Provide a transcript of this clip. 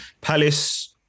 Palace